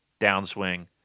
downswing